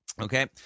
Okay